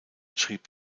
schrieb